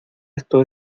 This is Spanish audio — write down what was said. esto